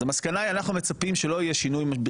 אז המסקנה היא: אנחנו מצפים שלא יהיה שינוי.